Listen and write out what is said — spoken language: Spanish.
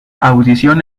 audición